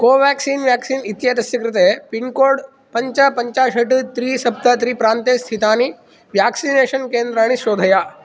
Covaxin vaccine इत्येतस्य कृते pin code पञ्च पञ्च षड् त्रि सप्त त्रि प्रान्ते स्थितानि व्याक्सिनेशन् केन्द्राणि शोधय